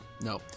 No